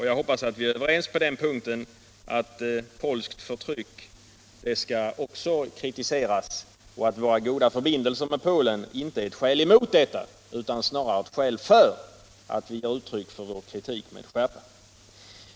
Jag hoppas att vi är överens om att också polskt förtryck skall kritiseras och att våra goda förbindelser med Polen inte är ett skäl emot detta utan snarare ett skäl för att vi med skärpa ger uttryck för vår kritik.